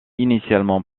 initialement